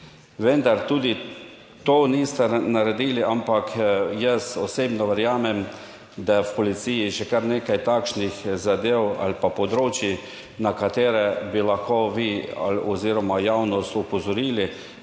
Vendar tudi to niste naredili. Ampak jaz osebno verjamem, da je v policiji še kar nekaj takšnih zadev ali pa področij, na katere bi lahko vi oziroma javnost opozorili